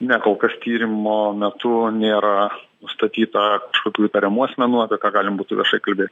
ne kol kas tyrimo metu nėra nustatyta kažkokių įtariamų asmenų apie ką galima būtų viešai kalbėti